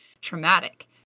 traumatic